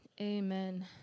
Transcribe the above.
amen